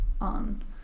on